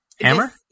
Hammer